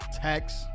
Text